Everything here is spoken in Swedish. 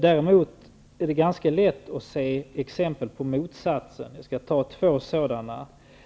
Däremot är det ganska lätt att se exempel på motsatsen. Jag skall redovisa två sådana.